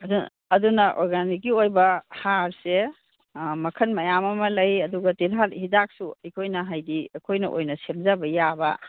ꯑꯗꯨꯅ ꯑꯣꯔꯒꯥꯟꯅꯤꯛꯀꯤ ꯑꯣꯏꯕ ꯍꯥꯔꯁꯦ ꯃꯈꯟ ꯃꯌꯥꯝ ꯑꯃ ꯂꯩ ꯑꯗꯨꯒ ꯇꯤꯜꯍꯥꯠ ꯍꯤꯗꯥꯛꯁꯨ ꯑꯩꯈꯣꯏꯅ ꯍꯥꯏꯗꯤ ꯑꯩꯈꯣꯏꯅ ꯑꯣꯏꯅ ꯁꯦꯝꯖꯕ ꯌꯥꯕ